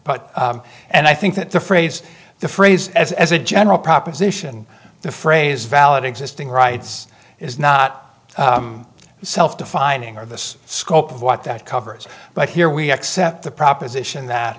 but and i think that the phrase the phrase as a general proposition the phrase valid existing rights is not self defining of this scope of what that covers but here we accept the proposition that